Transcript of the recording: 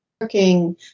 working